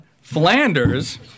Flanders